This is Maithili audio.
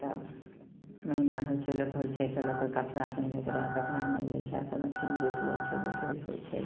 तऽ महिना होइ छै लोक होइ छै तऽ लोक कपड़ा पहिने लैत रहय कपड़ा नहि लै छै आब तऽ अथि पैड लै छै वइसे ही होइ छै